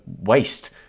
waste